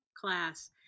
class